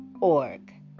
org